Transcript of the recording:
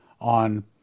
on